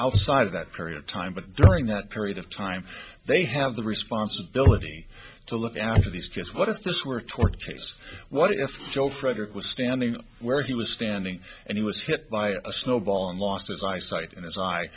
outside of that period of time but during that period of time they have the responsibility to look after these just what is this work toward chase what if joe frederick was standing where he was standing and he was hit by a snowball on lost his eyesight in his eye